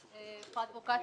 המשפטית,